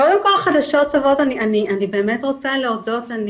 קודם כל חדשות טובות אני באמת רוצה להודות,